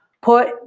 put